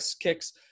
kicks